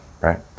Right